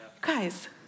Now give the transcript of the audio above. guys